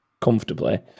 comfortably